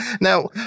now